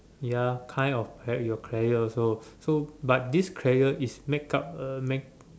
ya kind of help your career also so but this career is make up uh make